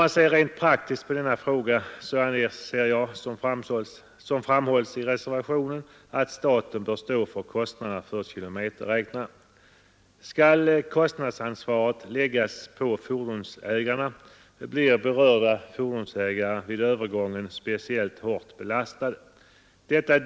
Av rent praktiska skäl anser jag, vilket också framhålles i reservationen 1, att staten bör stå för kostnaderna för kilometerräknarna. Skall kostnadsansvaret läggas på fordonsägarna blir de berörda speciellt hårt belastade vid övergången till kilometerbeskattning.